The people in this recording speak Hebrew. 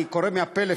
אני קורא מהפלאפון.